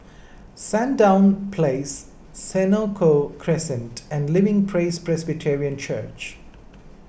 Sandown Place Senoko Crescent and Living Praise Presbyterian Church